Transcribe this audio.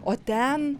o ten